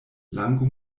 lango